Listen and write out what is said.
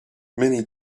many